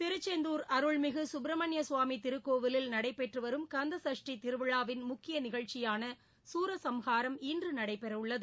திருச்செந்தூர் அருள்மிகு சுப்பிரமணிய சுவாமி திருக்கோவில் நடைபெற்று வரும் கந்தசஷ்டி திருவிழாவின் முக்கிய நிகழ்ச்சியான சூரசம்ஹாரம் இன்று நடைபெறவுள்ளது